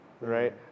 right